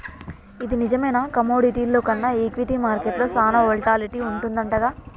ఇది నిజమేనా కమోడిటీల్లో కన్నా ఈక్విటీ మార్కెట్లో సాన వోల్టాలిటీ వుంటదంటగా